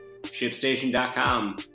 shipstation.com